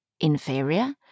inferior